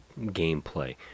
gameplay